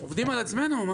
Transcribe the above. נו,